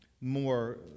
more